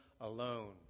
alone